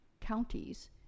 counties